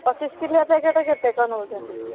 ପଚିଶ କିଲିଆ ପ୍ୟାକେଟ୍ କେତେ କ'ଣ ନେଉଛନ୍ତି